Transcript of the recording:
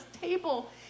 table